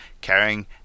carrying